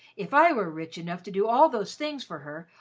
if i were rich enough to do all those things for her,